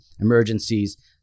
emergencies